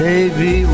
Baby